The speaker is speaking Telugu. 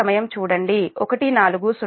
25 Pmax